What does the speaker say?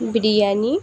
biryani